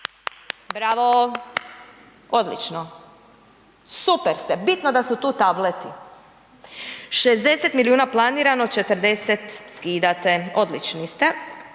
Bravo. Odlično. Super ste. Bitno da su tu tableti. 60 milijuna planirano, 40 skidate. Odlični ste.